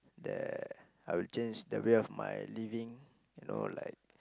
the I would change the will of my living you know like